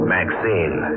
Maxine